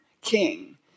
king